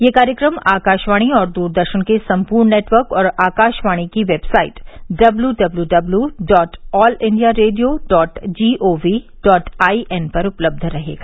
यह कार्यक्रम आकाशवाणी और द्रदर्शन के सम्पूर्ण नेटवर्क और आकाशवाणी की website W W W W dot all India radio dot gov dot I N पर उपलब्ध रहेगा